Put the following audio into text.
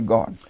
God